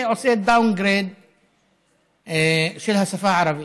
ועושה downgrade של השפה הערבית.